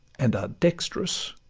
and are dext'rous